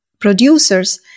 producers